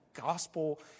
gospel